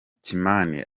kimani